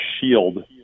shield